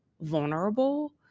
vulnerable